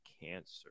cancer